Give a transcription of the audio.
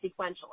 sequentially